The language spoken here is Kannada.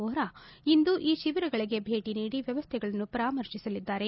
ವೋರಾ ಇಂದು ಈ ಶಿವಿರಗಳಿಗೆ ಭೇಟಿ ನೀಡಿ ವ್ಯವಸ್ಥೆಗಳನ್ನು ಪರಾಮರ್ಶಿಸಲಿದ್ದಾರೆ